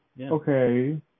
Okay